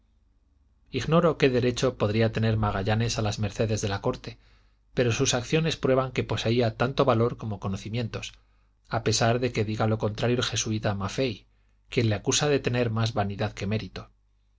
ignoro qué derecho podría tener magallanes a las mercedes de la corte pero sus acciones prueban que poseía tanto valor como conocimientos a pesar de que diga lo contrario el jesuíta maffei quien le acusa de tener más vanidad que mérito